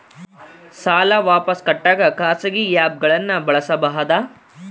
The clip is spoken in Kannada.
ಸಾಲ ವಾಪಸ್ ಕಟ್ಟಕ ಖಾಸಗಿ ಆ್ಯಪ್ ಗಳನ್ನ ಬಳಸಬಹದಾ?